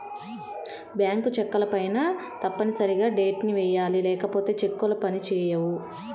bank చెక్కులపైన తప్పనిసరిగా date ని వెయ్యాలి లేకపోతే చెక్కులు పని చేయవు